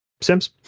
Sims